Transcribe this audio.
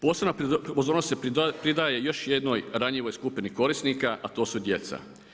Posebna pozornost se pridaje još jednoj ranjivoj skupini korisnika a to su djeca.